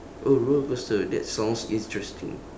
oh rollercoaster that sounds interesting